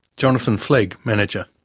jonathon flegg, manager.